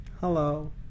hello